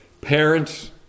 Parents